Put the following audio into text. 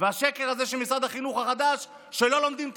והשקר הזה של משרד החינוך החדש, שלא לומדים תנ"ך.